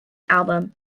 album